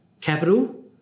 capital